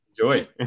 enjoy